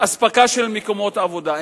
אספקה של מקומות עבודה,